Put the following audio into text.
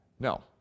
No